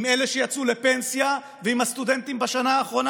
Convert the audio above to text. עם אלה שיצאו לפנסיה ועם הסטודנטים בשנה האחרונה